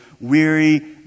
weary